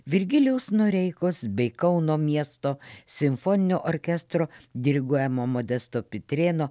virgilijaus noreikos bei kauno miesto simfoninio orkestro diriguojamo modesto pitrėno